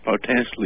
potentially